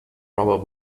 rubber